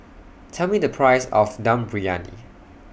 Tell Me The Price of Dum Briyani